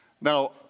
Now